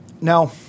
Now